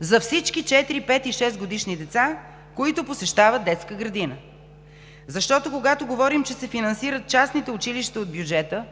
за всички 4-, 5- и 6-годишни деца, които посещават детска градина, защото, когато говорим, че се финансират частните училища от бюджета,